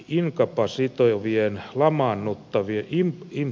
inka pasi toivovien lamaannuttavia kim kim